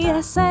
Yes